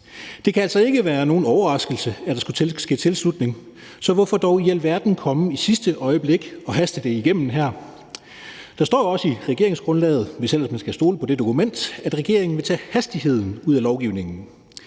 Det kan altså ikke være nogen overraskelse, at der skulle ske tilslutning, så hvorfor dog i alverden komme i sidste øjeblik og haste det igennem her? Der står jo også i regeringsgrundlaget, hvis ellers man skal stole på det dokument, at regeringen vil tage hastigheden ud af lovgivningen.